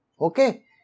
okay